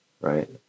right